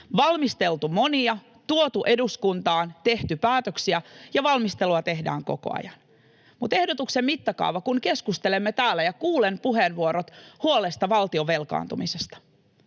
valmisteltu monia, tuotu eduskuntaan, tehty päätöksiä, ja valmistelua tehdään koko ajan. Mutta ehdotuksen mittakaava — kun keskustelemme täällä ja kuulen puheenvuorot huolesta valtion velkaantumisesta